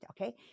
okay